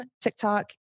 TikTok